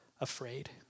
afraid